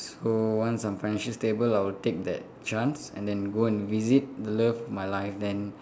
so once I'm financially stable I'll take that chance and then go and visit the love of my life then